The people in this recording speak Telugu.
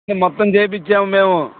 మొత్తం చేయించాం మేము